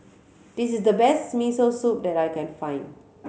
this is the best Miso Soup that I can find